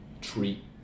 treat